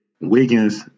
Wiggins